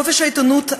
חופש העיתונות,